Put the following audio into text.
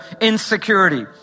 insecurity